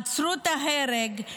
עצרו את ההרג,